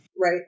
Right